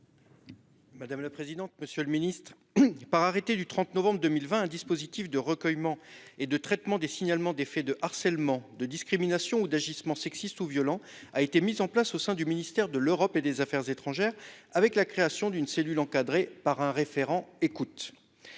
étrangères. Monsieur le ministre, par arrêté du 30 novembre 2020, un dispositif de recueil et de traitement des signalements de faits de harcèlement, de discrimination ou d'agissements sexistes ou violents a été mis en place au sein du ministère de l'Europe et des affaires étrangères, avec la création d'une cellule encadrée par un « référent écoute ».